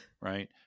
Right